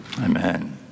Amen